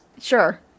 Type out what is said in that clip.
sure